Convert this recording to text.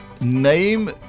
Name